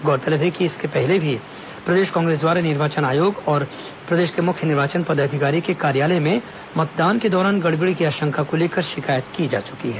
गौरतलब है कि इसके पहले भी प्रदेश कांग्रेस द्वारा निर्वाचन आयोग और प्रदेश के मुख्य निर्वाचन पदाधिकारी के कार्यालय में मतदान के दौरान गड़बड़ी की आशंका को लेकर शिकायत की जा चुकी है